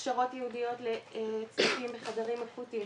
הכשרות ייעודיות --- בחדרים אקוטיים,